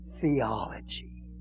theology